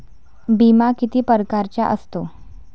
बिमा किती परकारचा असतो?